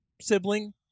sibling